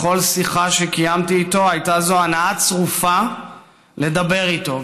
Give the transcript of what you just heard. בכל שיחה שקיימתי איתו זו הייתה הנאה צרופה לדבר איתו,